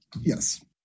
Yes